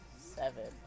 seven